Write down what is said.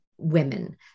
Women